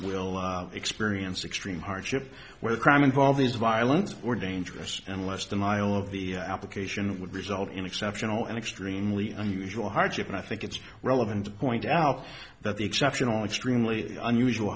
will experience extreme hardship where the crime involved is violent or dangerous and less denial of the application would result in exceptional and extremely unusual hardship and i think it's relevant to point out that the exceptional extremely unusual